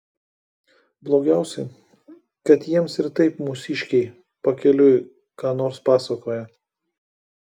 blogiausia kad jiems ir taip mūsiškiai pakeliui ką nors pasakoja